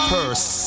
Purse